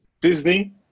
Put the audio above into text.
Disney